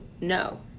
no